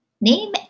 Name